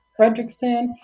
Fredrickson